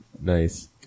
Nice